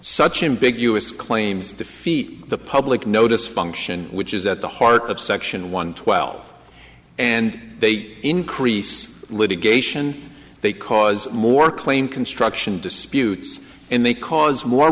such in big u s claims defeat the public notice function which is at the heart of section one twelfth and they increase litigation they cause more claim construction disputes and they cause more